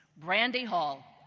brandy hall.